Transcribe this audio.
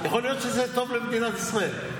יכול להיות שזה טוב למדינת ישראל.